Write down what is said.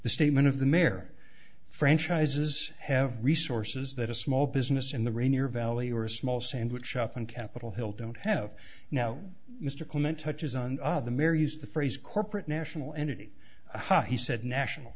the statement of the mare franchises have resources that a small business in the rainier valley or a small sandwich shop on capitol hill don't have now mr clemente touches on the mare used the phrase corporate national entity he said national